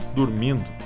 dormindo